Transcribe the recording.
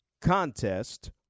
contest